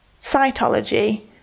cytology